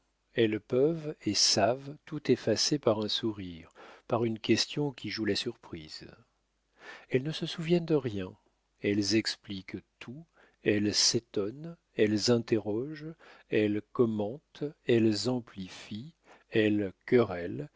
elles peuvent et savent tout effacer par un sourire par une question qui joue la surprise elles ne se souviennent de rien elles expliquent tout elles s'étonnent elles interrogent elles commentent elles amplifient elles querellent